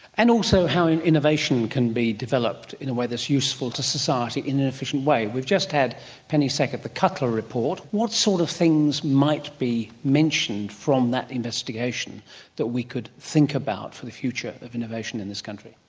and also how innovation can be developed in a way that's useful to society in an efficient way. we've just had penny sackett, the cutler report, what sort of things might be mentioned from that investigation that we could think about for the future of innovation in this country?